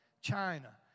China